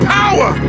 power